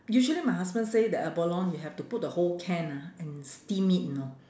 usually my husband say the abalone you have to put the whole can ah and steam it you know